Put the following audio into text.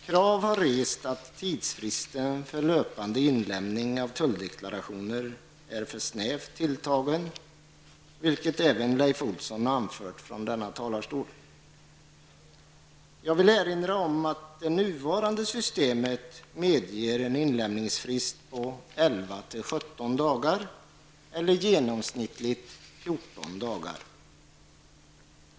Krav har rests att tidsfristen för löpande inlämning av tulldeklarationer skall förlängas, vilket även Leif Olsson har anfört från denna talarstol. Jag vill erinra om att det nuvarande systemet medger en inlämningsfrist på 11--17 dagar eller genomsnittligt 14 dagar.